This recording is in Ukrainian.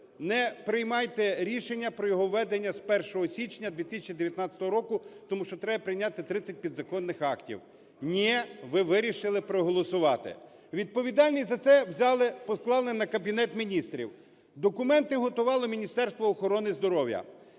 не приймайте рішення про його введення з 1 січня 2019 року, тому що треба прийняти 30 підзаконних актів. Ні, ви вирішили проголосувати. Відповідальність за це взяли, поклали на Кабінет Міністрів. Документи готувало Міністерство охорони здоров'я.